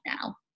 now